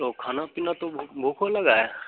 तो खाना पीना तो भूख भूखो लगा है